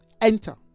enter